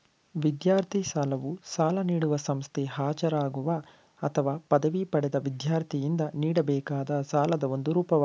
ವಿದ್ಯಾರ್ಥಿ ಸಾಲವು ಸಾಲ ನೀಡುವ ಸಂಸ್ಥೆ ಹಾಜರಾಗುವ ಅಥವಾ ಪದವಿ ಪಡೆದ ವಿದ್ಯಾರ್ಥಿಯಿಂದ ನೀಡಬೇಕಾದ ಸಾಲದ ಒಂದು ರೂಪವಾಗಿದೆ